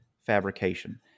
fabrication